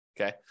Okay